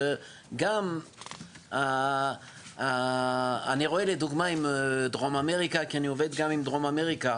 אני עובד גם עם דרום אמריקה,